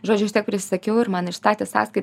žodžiu aš tiek prisakiau ir man išstatė sąskaitą